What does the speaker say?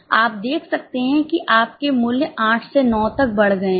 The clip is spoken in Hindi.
आप देख सकते हैं कि आप के मूल्य 8 से 9 तक बढ़ गए हैं